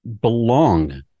belong